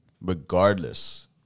regardless